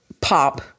pop